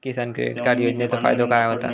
किसान credit card योजनेचो फायदो काय होता?